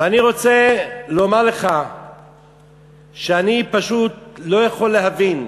ואני רוצה לומר לך שאני פשוט לא יכול להבין,